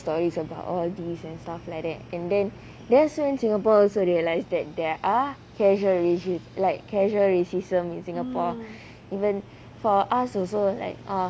stories about all these and stuff like that and then that's when singapore also realise that there are casual racist like casual racism in singapore even for us also like um